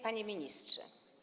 Panie Ministrze!